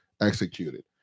executed